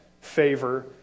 favor